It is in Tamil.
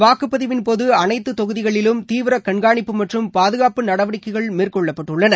வாக்குப்பதிவின் போது அனைத்து தொகுதிகளிலும் தீவிர கண்காணிப்பு மற்றும் பாதுகாப்பு நடவடிக்கைகள் மேற்கொள்ளப்பட்டுள்ளன